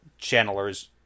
channelers